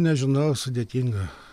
nežinau sudėtinga